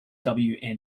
wna